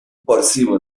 percival